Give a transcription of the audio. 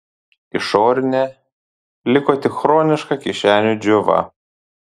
išorinė liko tik chroniška kišenių džiova